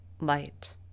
light